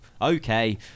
okay